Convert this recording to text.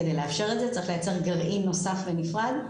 כדי לאפשר את זה צריך לייצר גרעין נוסף בנפרד.